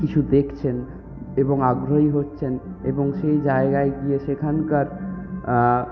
কিছু দেখছেন এবং আগ্রহী হচ্ছেন এবং সেই জায়গায় গিয়ে সেখানকার